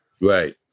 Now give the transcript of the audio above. Right